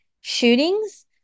shootings